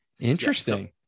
Interesting